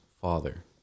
father